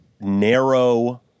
narrow